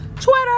twitter